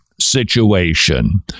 situation